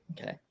Okay